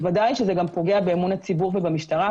ודאי שזה גם פוגע באמון הציבור ובמשטרה.